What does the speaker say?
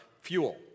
fuel